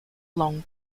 long